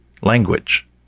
language